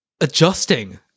adjusting